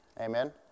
Amen